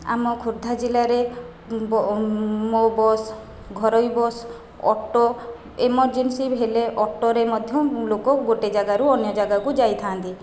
ଆମ ଖୋର୍ଦ୍ଧା ଜିଲ୍ଲାରେ ମୋ ବସ୍ ଘରୋଇ ବସ୍ ଅଟୋ ଏମର୍ଜେନ୍ସି ହେଲେ ଅଟୋରେ ମଧ୍ୟ ଲୋକ ଗୋଟିଏ ଜାଗାରୁ ଅନ୍ୟ ଜାଗାକୁ ଯାଇଥାନ୍ତି